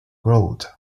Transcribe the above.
growth